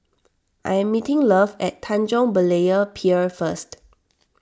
I am meeting Love at Tanjong Berlayer Pier first